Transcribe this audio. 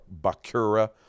Bakura